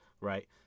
right